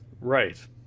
Right